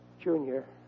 Junior